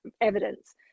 evidence